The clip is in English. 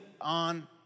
on